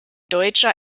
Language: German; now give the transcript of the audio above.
deutscher